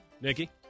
Nikki